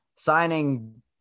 Signing